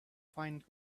find